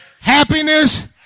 Happiness